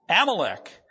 Amalek